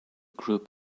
group